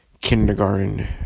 kindergarten